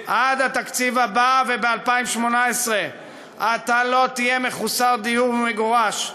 עד התקציב הבא וב-2018 אתה לא תהיה מחוסר דיור ומגורש,